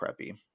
preppy